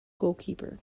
goalkeeper